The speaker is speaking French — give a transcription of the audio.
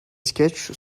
sketchs